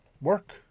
work